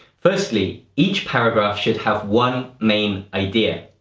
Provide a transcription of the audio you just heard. firstly, each paragraph should have one main idea.